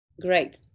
Great